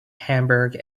hamburg